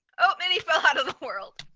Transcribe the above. oh any fallout of the world